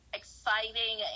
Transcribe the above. exciting